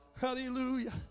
Hallelujah